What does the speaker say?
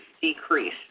decrease